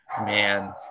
man